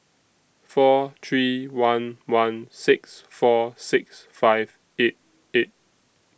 four three one one six four six five eight eight